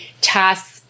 tasks